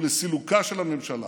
ולסילוקה של ממשלה".